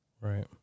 Right